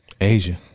Asia